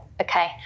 Okay